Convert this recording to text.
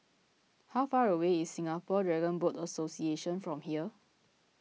how far away is Singapore Dragon Boat Association from here